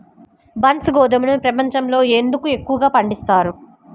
బన్సీ గోధుమను ప్రపంచంలో ఎందుకు ఎక్కువగా పండిస్తారు?